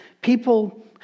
People